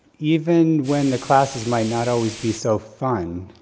even when the classes might not always be so fun,